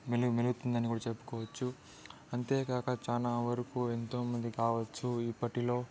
వెలుగు వెలుగుతుంది అని చెప్పుకోవచ్చు అంతేగాక చాలా వరకు ఎంతో మంది కావచ్చు ఇప్పటిలో